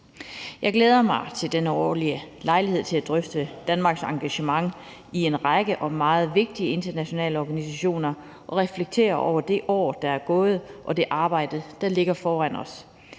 Jeg glæder mig til den årlige lejlighed til at drøfte Danmarks engagement i en række meget vigtige internationale organisationer og reflektere over det år, der er gået, og det arbejde, der ligger foran os,